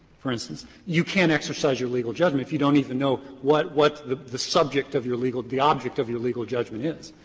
for instance, you can't exercise your legal judgment if you don't even know what what the the subject of your legal the object of your legal judgment is.